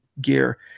gear